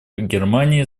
германией